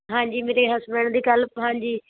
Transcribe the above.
ਹਾਂਜੀ ਮੇਰੇ ਹਸਬੈਂਡ ਦੇ ਕੱਲ੍ਹ ਹਾਂਜੀ